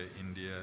India